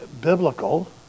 biblical